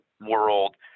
world